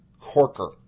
Corker